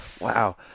Wow